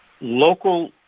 local